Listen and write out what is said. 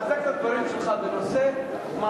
תרשה לי, לחזק את הדברים שלך בנושא מעלה-המוגרבים.